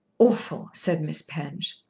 awful! said miss penge.